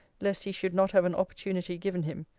lest he should not have an opportunity given him,